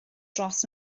dros